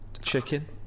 Chicken